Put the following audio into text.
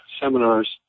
seminars